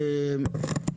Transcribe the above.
ואליד.